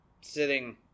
sitting